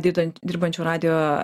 didant dirbančių radijo